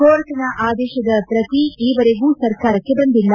ಕೋರ್ಟ್ನ ಆದೇಶದ ಪ್ರತಿ ಈವರೆಗೂ ಸರ್ಕಾರಕ್ಕೆ ಬಂದಿಲ್ಲ